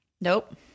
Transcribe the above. Nope